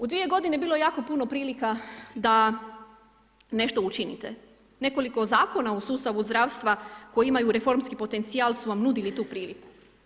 U 2 g. bilo je jako puno prilika da nešto učinite, nekoliko zakona u sustavu zdravstva koji imaju reformski potencijal su vam nudili tu priliku.